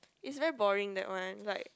is very boring that one like